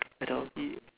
Adobe